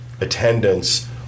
attendance